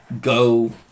go